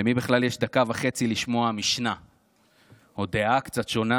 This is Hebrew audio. למי בכלל יש דקה וחצי לשמוע משנה או דעה קצת שונה?